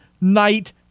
night